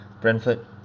Brentford